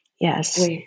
Yes